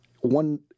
one